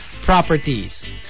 properties